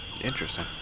Interesting